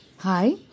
Hi